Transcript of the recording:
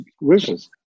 wishes